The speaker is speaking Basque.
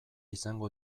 izango